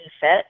fit